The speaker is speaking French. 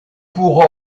pour